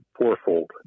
fourfold